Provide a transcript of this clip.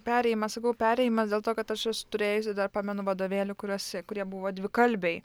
perėjimas sakau perėjimas dėl to kad aš esu turėjusi dar pamenu vadovėlių kuriuose kurie buvo dvikalbiai